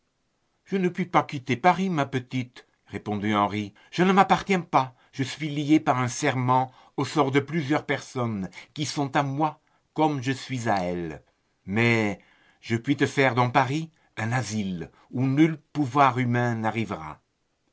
je ne puis pas quitter paris ma petite répondit henri je ne m'appartiens pas je suis lié par un serment au sort de plusieurs personnes qui sont à moi comme je suis à elles mais je puis te faire dans paris un asile où nul pouvoir humain n'arrivera